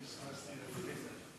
פספסתי את ההצבעה.